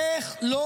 איך לא